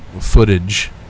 footage